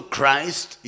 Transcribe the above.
Christ